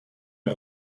est